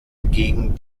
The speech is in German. gegen